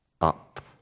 up